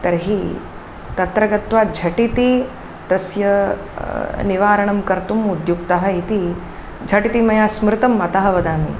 तर्हि तत्र गत्वा झटिति तस्य निवारणं कर्तुम् उद्युक्तः इति झटिति मया स्मृतम् अतः वदामि